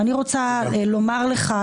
אני רוצה לומר לך,